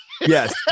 Yes